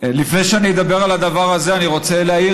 לפני שאדבר על הדבר הזה אני רוצה להעיר